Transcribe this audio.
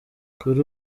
kuri